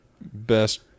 Best